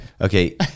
okay